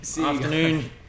afternoon